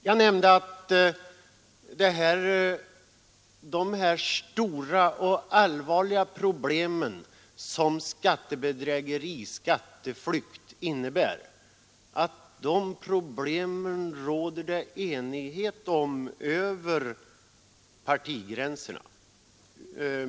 Jag nämnde att om de stora och allvarliga problem som skatte bedrägeri och skatteflykt innebär råder det enighet över partigränserna.